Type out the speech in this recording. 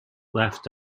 left